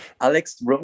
Alex